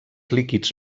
líquids